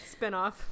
Spinoff